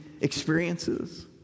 experiences